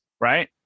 right